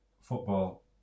football